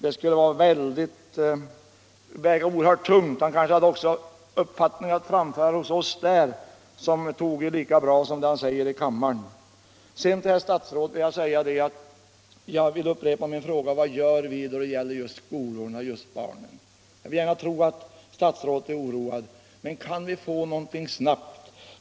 Det skulle väga oerhört tungt. Han kanske hade uppfattningar att framföra hos oss som tog lika bra som det han säger i kammaren. Till herr statsrådet vill jag upprepa min fråga: Vad gör vi när det gäller skolorna och barnen? Jag vill gärna tro att statsrådet är oroad, men kan vi få någonting snabbt?